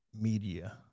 media